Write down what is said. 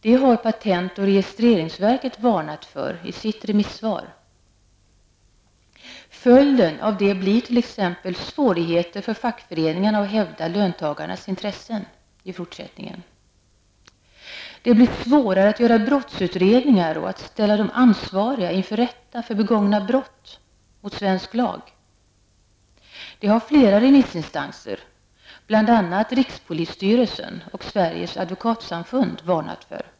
Det har patent och registreringsverket varnat för i sitt remissvar. Det blir t.ex. svårare för fackföreningarna att i fortsättningen hävda löntagarnas intressen. Det blir svårare att göra brottsutredningar och att ställa de ansvariga inför rätta för begångna brott mot svensk lag. Det har flera remissinstanser, bl.a. rikspolisstyrelsen och Sveriges advokatsamfund, varnat för.